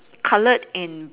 coloured in